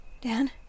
Dan